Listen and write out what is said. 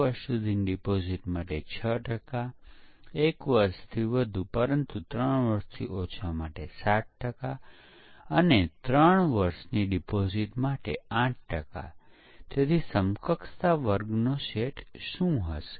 પરીક્ષણ મહત્તમ સમાંતરણ છે તે અનુમાન કરવા માટે મુશ્કેલ નથી અને કંપની પાસે પરીક્ષકોની સંખ્યા મોટી છે અને તેઓ સમાંતર પરીક્ષણ કરી શકે છે